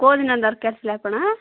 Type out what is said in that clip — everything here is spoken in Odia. କେଉଁଦିନ ଦରକାର ଥିଲା ଆପଣଙ୍କର